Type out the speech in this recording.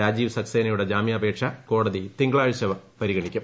രാജീവ് സക്സേനയുടെട്ട ജാമ്യാപേക്ഷ കോടതി തിങ്കളാഴ്ച പരിഗണിക്കും